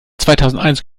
zweitausendeins